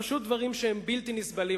פשוט דברים שהם בלתי נסבלים.